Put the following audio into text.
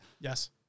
Yes